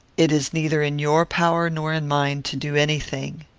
it is neither in your power nor in mine to do any thing.